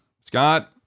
Scott